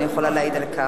אני יכולה להעיד על כך.